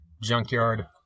Junkyard